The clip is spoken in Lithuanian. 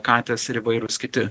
katės ir įvairūs kiti